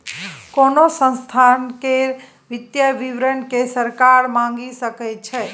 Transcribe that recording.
कोनो संस्था केर वित्तीय विवरण केँ सरकार मांगि सकै छै